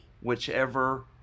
whichever